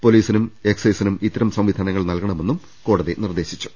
പൊലീസിനും എക്സൈസിനും ഇത്തരം സംവിധാനങ്ങൾ നൽകണമെന്നും കോടതി നിർദേശിച്ചു